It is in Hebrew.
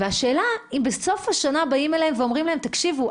השאלה אם בסוף השנה באים אליהם ואומרים להם: תקשיבו,